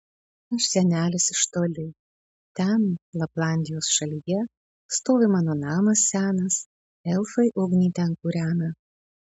aš senelis iš toli ten laplandijos šalyje stovi mano namas senas elfai ugnį ten kūrena